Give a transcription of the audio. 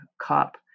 cop